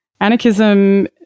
anarchism